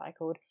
recycled